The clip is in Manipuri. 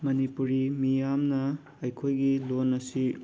ꯃꯅꯤꯄꯨꯔꯤ ꯃꯤꯌꯥꯝꯅ ꯑꯩꯈꯣꯏꯒꯤ ꯂꯣꯟ ꯑꯁꯤ